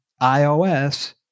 iOS